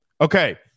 Okay